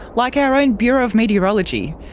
like our own bureau of meteorology,